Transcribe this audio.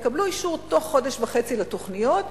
יקבלו אישור תוך חודש וחצי לתוכניות,